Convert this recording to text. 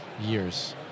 Years